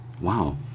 Wow